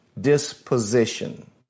disposition